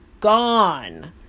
gone